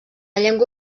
llengua